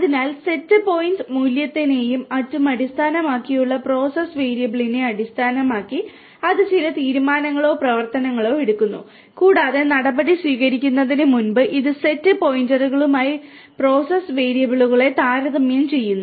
അതിനാൽ set point മൂല്യത്തെയും മറ്റും അടിസ്ഥാനമാക്കിയുള്ള പ്രോസസ് വേരിയബിളിനെ അടിസ്ഥാനമാക്കി അത് ചില തീരുമാനങ്ങളോ പ്രവർത്തനങ്ങളോ എടുക്കുന്നു കൂടാതെ നടപടി സ്വീകരിക്കുന്നതിന് മുമ്പ് ഇത് സെറ്റ് പോയിന്റുകളുമായി പ്രോസസ് വേരിയബിളുകളെ താരതമ്യം ചെയ്യുന്നു